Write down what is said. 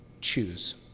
choose